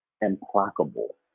implacable